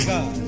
God